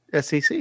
SEC